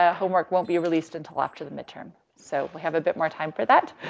ah homework won't be released until after the midterm. so we have a bit more time for that.